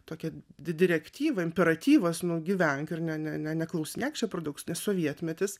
tokia direktyva imperatyvas nu gyvenk ir ne ne neklausinėk čia per daug nes sovietmetis